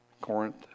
Corinth